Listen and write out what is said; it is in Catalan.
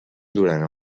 durant